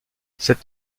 cette